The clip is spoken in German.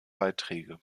beiträge